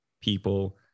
people